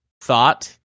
thought